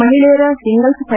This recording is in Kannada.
ಮಹಿಳೆಯರ ಸಿಂಗಲ್ಲ್ ಫ